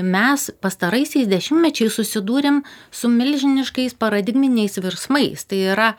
mes pastaraisiais dešimtmečiais susidūrėm su milžiniškais paradigminiais virsmais tai yra